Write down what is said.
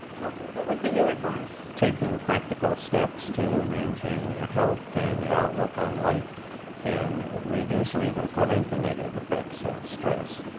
what would be your advice? taking practical steps to maintain your health and your outlook on life can reduce or even prevent the negative effects of stress.